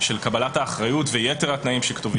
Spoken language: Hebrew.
של קבלת האחריות ויתר התנאים שכתובים.